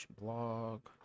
Blog